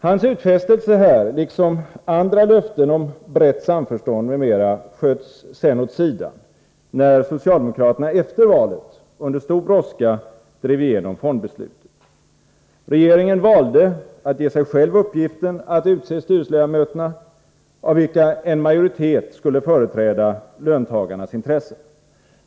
Hans utfästelse här liksom andra löften om brett samförstånd m.m. sköts sedan åt sidan, när socialdemokraterna efter valet under stor brådska drev igenom fondbeslutet. Regeringen valde att ge sig själv uppgiften att utse styrelseledamöterna, av vilka en majoritet skulle företräda löntagarnas intressen.